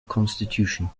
constitution